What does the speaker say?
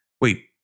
wait